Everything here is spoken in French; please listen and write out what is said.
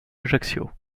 ajaccio